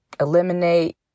eliminate